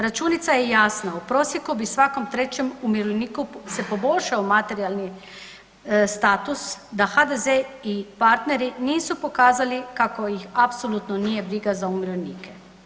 Računica je jasna, u prosjeku bi svakom 3. umirovljeniku se poboljšao materijalni status da HDZ i partneri nisu pokazali kako ih apsolutno nije briga za umirovljenike.